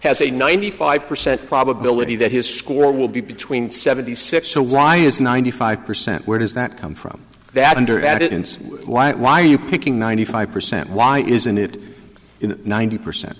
has a ninety five percent probability that his score will be between seventy six so why is ninety five percent where does that come from that under evidence why why are you picking ninety five percent why isn't it in ninety percent